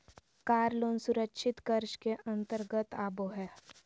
कार loan सुरक्षित कर्ज के अंतर्गत आबो हय